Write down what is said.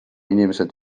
inimesed